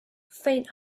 faint